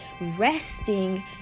resting